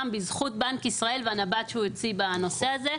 בזכות בנק ישראל והנב"ת שהוא הוציא בנושא הזה,